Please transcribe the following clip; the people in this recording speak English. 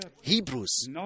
Hebrews